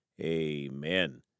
amen